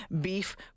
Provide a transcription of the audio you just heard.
Beef